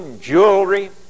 jewelry